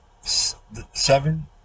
seven